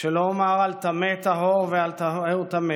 שלא אומר על טמא טהור ועל טהור טמא,